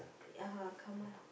ya Kamal